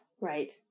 Right